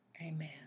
Amen